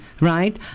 right